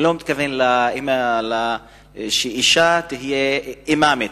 אני לא מתכוון שאשה תהיה אימאמית,